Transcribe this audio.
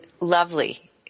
lovely